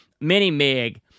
Mini-Mig